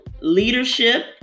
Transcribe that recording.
leadership